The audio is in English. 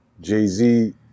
Jay-Z